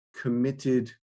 committed